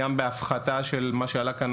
גם בהפחתה של מה שעלה כאן,